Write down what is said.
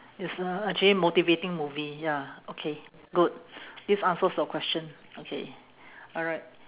it's a actually motivating movie ya okay good this answers your question okay alright